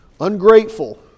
Ungrateful